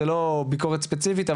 זו לא ביקורת ספציפית.